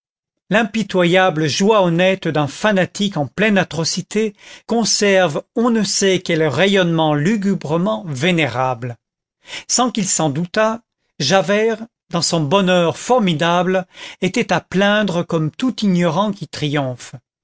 l'impitoyable joie honnête d'un fanatique en pleine atrocité conserve on ne sait quel rayonnement lugubrement vénérable sans qu'il s'en doutât javert dans son bonheur formidable était à plaindre comme tout ignorant qui triomphe